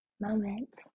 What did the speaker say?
moment